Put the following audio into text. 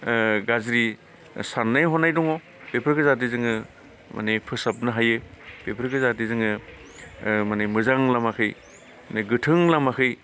गाज्रि साननाय हनाय दङ बेफोरखौ जाहाथे जोङो माने फोसाबनो हायो बेफोरखौ जाहाथे जोङो माने मोजां लामाथिं माने गोथों लामाखै